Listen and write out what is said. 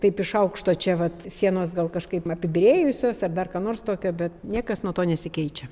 taip iš aukšto čia vat sienos gal kažkaip apibyrėjusios ar dar ką nors tokio bet niekas nuo to nesikeičia